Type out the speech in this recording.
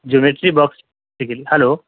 geometry box خریدنے کے لیے ہلو